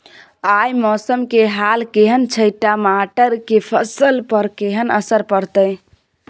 आय मौसम के हाल केहन छै टमाटर के फसल पर केहन असर परतै?